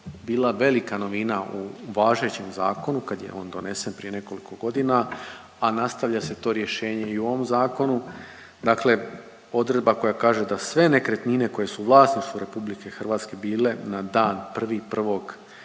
bila velika novina u važećem zakonu kad je on donesen prije nekoliko godina, a nastavlja se to rješenje i u ovom zakonu, dakle odredba koja kaže da sve nekretnine koje su u vlasništvu RH bile na dan